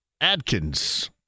Adkins